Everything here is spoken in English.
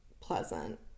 pleasant